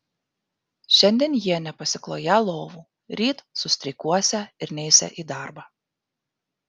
šiandien jie nepasikloją lovų ryt sustreikuosią ir neisią į darbą